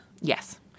Yes